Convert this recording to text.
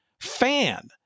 fan